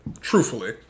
truthfully